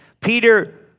Peter